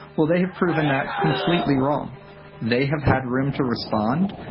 well they have proven that completely wrong they have had room to respond,